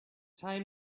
time